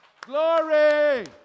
glory